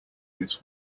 this